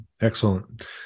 Excellent